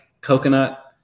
coconut